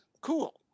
cool